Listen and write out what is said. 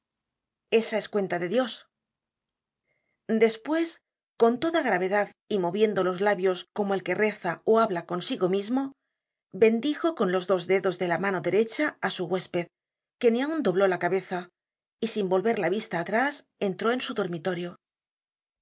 esa es cuenta de dios despues con toda gravedad y moviendo los labios como el que reza ó habla consigo mismo y bendijo con los dos dedos de la mano derecha á su huésped que ni aun dobló la cabeza y sin volver la vista atrás entró en su dormitorio